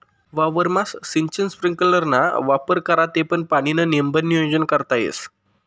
वावरमा सिंचन स्प्रिंकलरना वापर करा ते पाणीनं नेमबन नियोजन करता येस